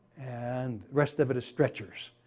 and rest of it is stretchers,